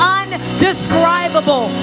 undescribable